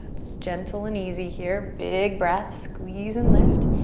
just gentle and easy here. big breath, squeeze and lift.